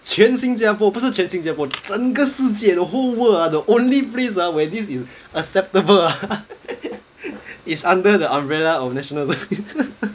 全新加坡不是全新加坡整个世界 the whole world ah the only place ah where this is acceptable ah is under the umbrella of nationalism